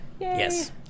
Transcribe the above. Yes